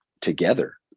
together